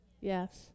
Yes